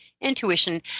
Intuition